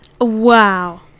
Wow